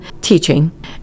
teaching